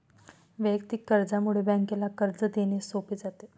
वैयक्तिक कर्जामुळे बँकेला कर्ज देणे सोपे जाते